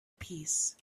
peace